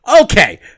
Okay